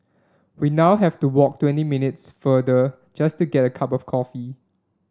we now have to walk twenty minutes farther just to get a cup of coffee